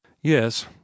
Yes